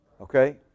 okay